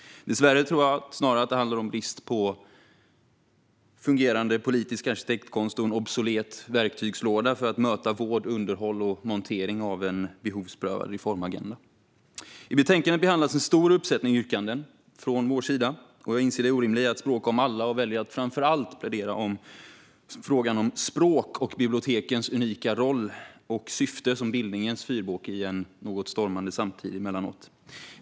Dessvärre tror jag snarare att det handlar om brist på fungerande politisk arkitektkonst och en obsolet verktygslåda för att möta vård, underhåll och montering av en behovsprövad reformagenda. I betänkandet behandlas en stor uppsättning yrkanden från Sverigedemokraternas sida. Jag inser det orimliga i att språka om alla och väljer att framför allt plädera för frågan om språk och för bibliotekens unika roll och syfte som bildningens fyrbåk i en emellanåt något stormande samtid.